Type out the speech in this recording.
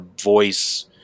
voice